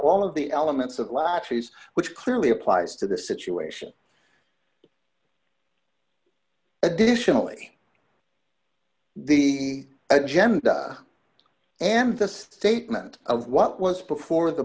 all of the elements of lotteries which clearly applies to the situation additionally the agenda and the statement of what was before the